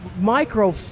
micro